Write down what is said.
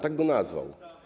Tak go nazwał.